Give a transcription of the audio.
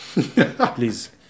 please